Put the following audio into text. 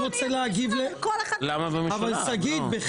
שגית,